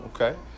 Okay